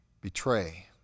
betray